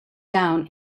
down